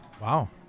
Wow